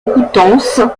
coutances